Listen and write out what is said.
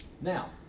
Now